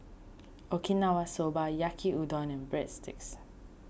Okinawa Soba Yaki Udon and Breadsticks